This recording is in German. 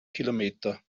kilometer